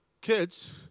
kids